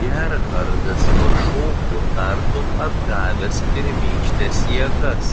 gerhardas pašoko tartum atgavęs pirmykštes jėgas